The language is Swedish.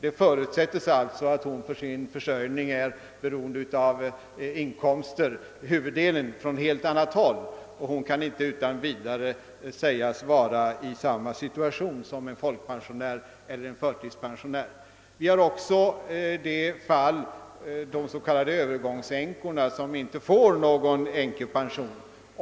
Det förutsätts att hon är beroende av inkomster för sin försörjning, och hon kan alltså inte utan vidare sägas vara i samma situation som en folkpensionär eller förtidspensionär. Vi har också fallen med de så kallade övergångsänkorna som inte får någon änkepension.